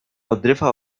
odrywa